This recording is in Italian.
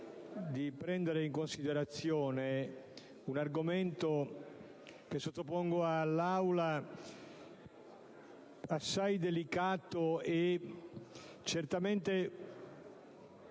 di prendere in considerazione un argomento, che sottopongo all'Aula, assai delicato e certamente